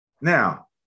Now